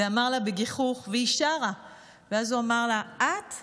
היא שרה ואז הוא אמר לה בגיחוך: את?